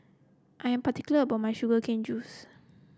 I am particular about my Sugar Cane Juice